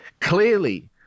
clearly